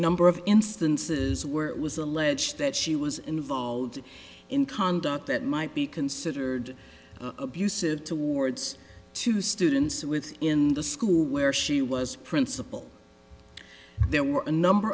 number of instances where it was alleged that she was involved in conduct that might be considered abusive towards two students with in the school where she was principal there were a number